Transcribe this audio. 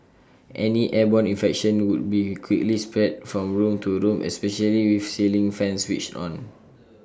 any airborne infection would be quickly spread from room to room especially with ceiling fans switched on